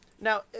Now